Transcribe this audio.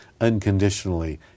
unconditionally